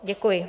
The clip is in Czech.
Děkuji.